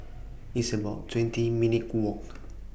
It's about twenty minutes' Walk